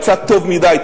קצת טוב מדי,